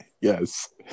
Yes